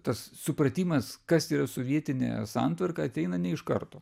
tas supratimas kas yra sovietinė santvarka ateina ne iš karto